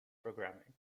programming